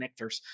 connectors